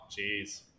Jeez